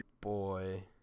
boy